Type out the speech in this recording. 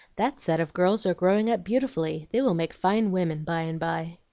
that set of girls are growing up beautifully they will make fine women by and by.